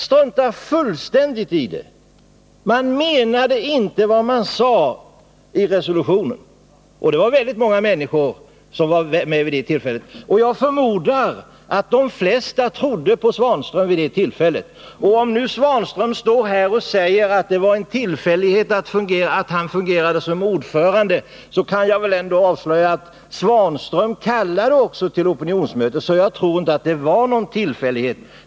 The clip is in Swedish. Man har fullständigt struntat i detta. Det var väldigt många människor som var närvarande vid det tillfället, och jag förmodar att de flesta trodde på herr Svanström och på vad som sades i resolutionen. Men nu står herr Svanström här och säger att det var en tillfällighet att han fungerade som ordförande. Jag kan avslöja att det ändå var Ivan Svanström som kallade till opinionsmötet, så det var ingen tillfällighet.